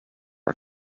our